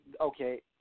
Okay